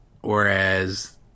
Whereas